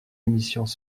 émissions